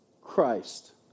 Christ